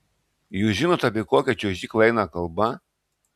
jūs žinot apie kokią čiuožyklą eina kalba